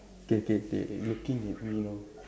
K K K they looking at me now